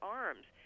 arms